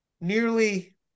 nearly